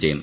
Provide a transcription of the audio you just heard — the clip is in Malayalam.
വിജയം